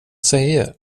säger